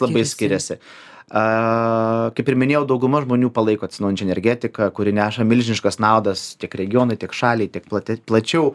labai skiriasi kaip ir minėjau dauguma žmonių palaiko atsinaujinančią energetiką kuri neša milžiniškas naudas tiek regionui tiek šaliai tiek plačiau